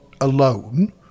alone